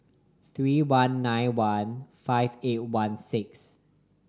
three one nine one five eight one six